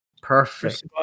perfect